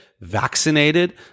vaccinated